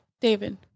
David